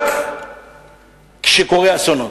רק כשקורים אסונות.